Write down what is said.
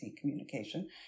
communication